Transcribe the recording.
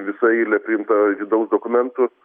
visa eilė priimta vidaus dokumentų